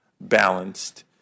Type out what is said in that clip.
balanced